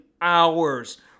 hours